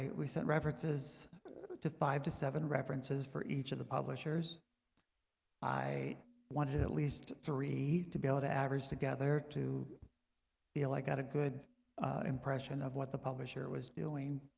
we sent references to five to seven references for each of the publishers i wanted at least three to be able to average together to feel i got a good impression of what the publisher was doing?